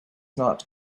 not